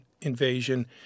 invasion